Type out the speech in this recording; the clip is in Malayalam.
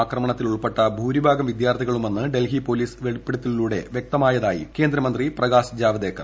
ആക്രമണത്തിൽ ഉൾപ്പെട്ട ഭൂരിഭാഗം വിദ്യാർത്ഥികളുമെന്ന് ഡൽഹി പൊലീസ് വെളിപ്പെടുത്തലിലൂടെ വ്യക്തമായതായി കേന്ദ്രമന്ത്രി പ്രകാശ് ജാവ്ദേക്കർ